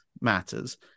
matters